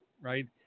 right